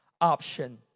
option